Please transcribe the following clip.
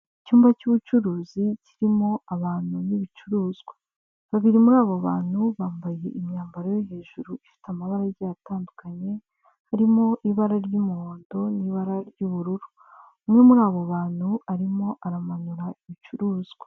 Icyumba cy'ubucuruzi kirimo abantu n'ibicuruzwa babiri muri abo bantu bambaye imyambaro yo hejuru ifite amabara agiye atandukanye harimo: ibara ry'umuhondo n'ibara ry'ubururu, umwe muri abo bantu arimo aramanura ibicuruzwa.